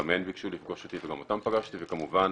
גם הם ביקשו לפגוש אותי וגם אותם פגשתי וכמובן